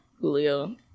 Julio